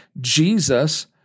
Jesus